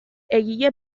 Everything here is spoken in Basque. eragile